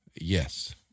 Yes